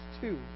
two